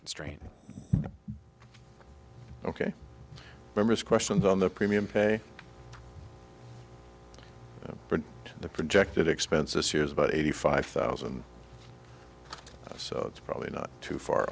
strain ok members questions on the premium pay for the projected expenses years about eighty five thousand so it's probably not too far